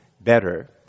better